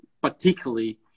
particularly